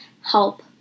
help